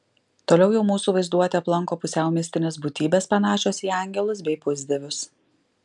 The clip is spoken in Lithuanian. toliau jau mūsų vaizduotę aplanko pusiau mistinės būtybės panašios į angelus bei pusdievius